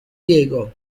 diego